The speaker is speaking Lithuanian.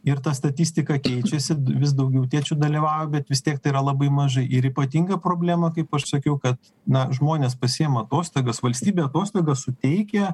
ir ta statistika keičiasi vis daugiau tėčių dalyvauja bet vis tiek tai yra labai mažai ir ypatinga problema kaip aš sakiau kad na žmonės pasiima atostogas valstybė atostogas suteikia